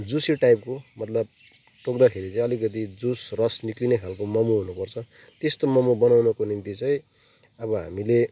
Jussi टाइपको मतलब टोक्दाखेरि चाहिँ अलिकति जुस रस निक्लिने खालको मोमो हुनुपर्छ त्यस्तो मोमो बनाउनुको निम्ति चाहिँ अब हामीले